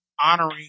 honoring